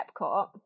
Epcot